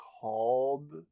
called